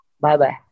Bye-bye